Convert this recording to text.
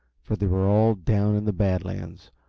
for they were all down in the bad lands,